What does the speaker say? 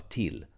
till